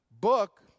book